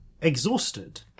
Exhausted